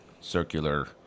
circular